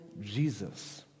Jesus